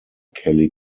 kelly